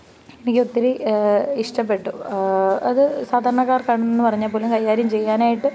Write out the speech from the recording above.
എനിക്കൊത്തിരി ഇഷ്ടപ്പെട്ടു അത് സാധാരണക്കാര്ക്കാണെന്ന് പറഞ്ഞാൽപ്പോലും കൈകാര്യം ചെയ്യാനായിട്ട്